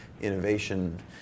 innovation